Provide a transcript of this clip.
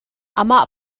amah